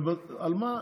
על מה?